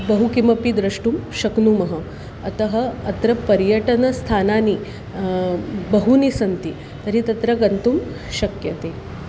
बहुकिमपि द्रष्टुं शक्नुमः अतः अत्र पर्यटनस्थानानि बहूनि सन्ति तर्हि तत्र गन्तुं शक्यते